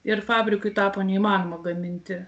ir fabrikui tapo neįmanoma gaminti